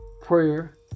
prayer